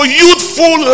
youthful